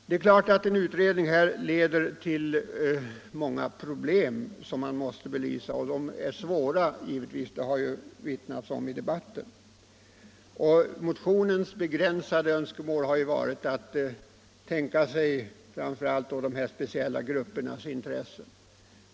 Det är klart att en utredning på det här området måste belysa många problem, och de är givetvis svåra: det har det vittnats om här i debatten. Motionens begränsade önskemål har varit att söka värna om vissa speciella gruppers intresse.